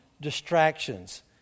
distractions